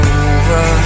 over